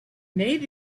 maybe